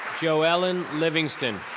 joellen livingston.